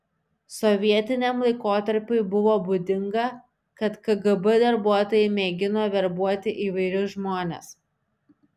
sovietiniam laikotarpiui buvo būdinga kad kgb darbuotojai mėgino verbuoti įvairius žmones